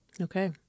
Okay